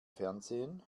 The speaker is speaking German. fernsehen